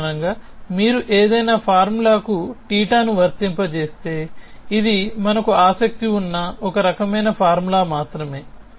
సాధారణంగా మీరు ఏదైనా ఫార్ములాకు θ ను వర్తింపజేస్తే ఇది మనకు ఆసక్తి ఉన్న ఒక రకమైన ఫార్ములా మాత్రమే